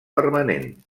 permanent